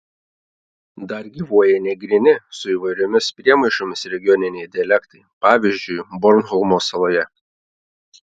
dar gyvuoja negryni su įvairiomis priemaišomis regioniniai dialektai pavyzdžiui bornholmo saloje